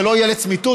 זה לא יהיה לצמיתות,